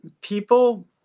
people